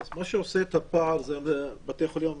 מה שעושה את הפער זה בתי החולים הממשלתיים?